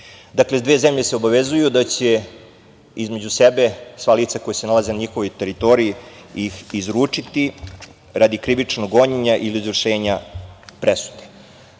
Dakle dve zemlje se obavezuju da će između sebe sva lica koja se nalaze na njihovoj teritoriji izručiti radi krivičnog gonjenja i izvršenja